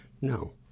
No